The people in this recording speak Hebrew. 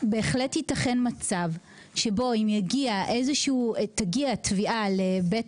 בהחלט יתכן מצב שבו אם תגיע תביעה לבית